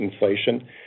inflation